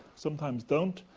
sometimes don't.